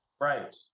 right